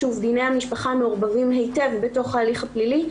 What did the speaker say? דיני המשפחה מעורבבים היטב בתוך ההליך הפלילי,